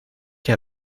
que